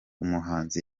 umuhanzi